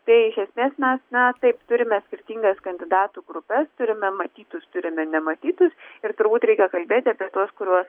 tai iš esmės mes na taip turime skirtingas kandidatų grupes turime matytus turime nematytus ir turbūt reikia kalbėti apie tuos kuriuos